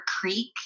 creek